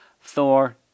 Thor